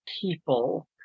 people